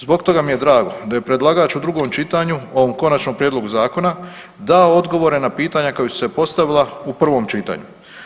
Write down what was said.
Zbog toga mi je drago da je predlagač u drugom čitanju ovom konačnom prijedlogu zakona dao odgovore na pitanja koja su se postavila u prvom čitanju.